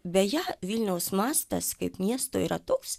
beje vilniaus mastas kaip miesto yra toks